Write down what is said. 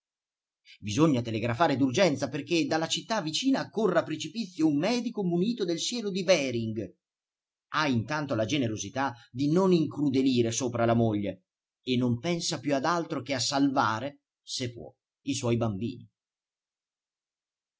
bisogna telegrafare d'urgenza perché dalla città vicina accorra a precipizio un medico munito del siero di behring ha intanto la generosità di non incrudelire sopra la moglie e non pensa più ad altro che a salvare se può i suoi bambini